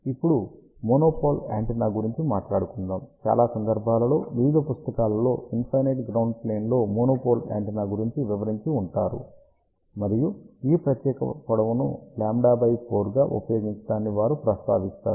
ఇప్పుడు monopole antenna గురించి మాట్లాడుకుందాం చాలా సందర్భాలలో వివిధ పుస్తకాలలో ఇన్ఫైనైట్ గ్రౌండ్ ప్లేన్లో మోనోపోల్ యాంటెన్నా గురించి వివరించివుంటారు మరియు ఈ ప్రత్యేక పొడవును λ4 గా ఉపయోగించడాన్ని వారు ప్రస్తావిస్తారు